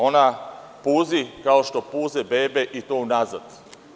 Ona puzi, kao što puze bebe i to unazad.